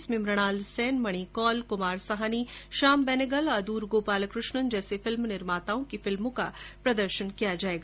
इसमें मृणाल सेन मणि कौल कुमार साहनी श्याम बेनेगल और अदूर गोपालकृष्णन जैसे फिल्मनिर्माताओं की फिल्मों का प्रदर्शन किया जाएगा